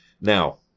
Now